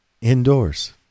indoors